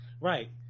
right